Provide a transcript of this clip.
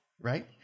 right